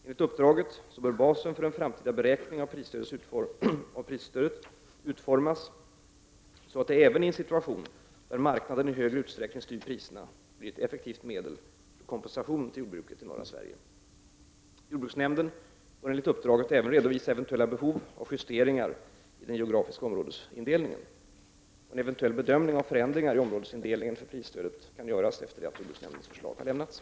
Enligt uppdraget bör basen för en framtida beräkning av prisstödet utformas så att det även i en situation där marknaden i högre utsträckning styr priserna blir ett effekt medel för kompensation till jordbruket i norra Sverige. Jordbruksnämnden bör enligt uppdraget även redovisa eventuella behov av justeringar i den geografiska områdesindelningen. Eventuell bedömning av förändringar i områdesindelningen för prisstödet kan göras efter det att jordbruksnämndens förslag har lämnats.